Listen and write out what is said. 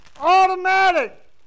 automatic